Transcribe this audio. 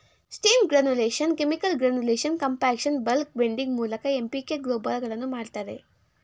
steam granulation, chemical granulation, compaction, bulk blending ಮೂಲಕ MPK ಗೊಬ್ಬರಗಳನ್ನು ಮಾಡ್ತರೆ